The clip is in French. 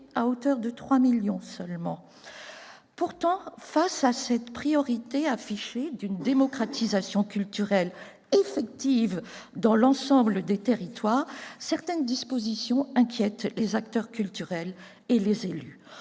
à hauteur de 3 millions d'euros seulement ! Pourtant, face à cette priorité affichée d'une démocratisation culturelle effective dans l'ensemble des territoires, certaines dispositions inquiètent les acteurs culturels et les élus.